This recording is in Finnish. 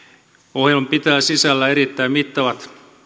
ohjelma pitää sisällään erittäin mittavat